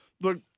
look